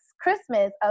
Christmas